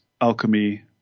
alchemy